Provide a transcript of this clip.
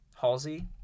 halsey